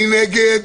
מי נגד?